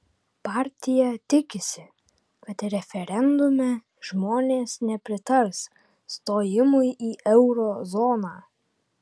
partija tikisi kad referendume žmones nepritars stojimui į euro zoną